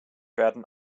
werden